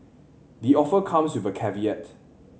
the offer comes with a caveat